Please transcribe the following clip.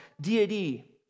deity